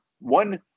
one